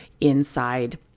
inside